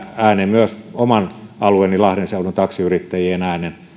myös oman alueeni lahden seudun taksiyrittäjien äänen